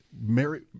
Mary